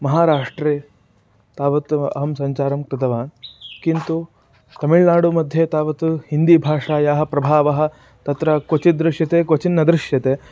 महाराष्ट्रे तावत् अहं सञ्चारं कृतवान् किन्तु तमिळ्नाडुमध्ये तावत् हिन्दीभाषायाः प्रभावः तत्र क्वचित् दृश्यते क्वचिन्न दृश्यते